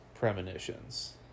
premonitions